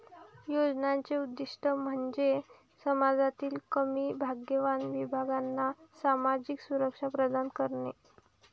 योजनांचे उद्दीष्ट म्हणजे समाजातील कमी भाग्यवान विभागांना सामाजिक सुरक्षा प्रदान करणे